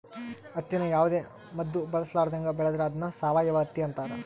ಹತ್ತಿನ ಯಾವುದೇ ಮದ್ದು ಬಳಸರ್ಲಾದಂಗ ಬೆಳೆದ್ರ ಅದ್ನ ಸಾವಯವ ಹತ್ತಿ ಅಂತಾರ